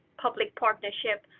public partnership.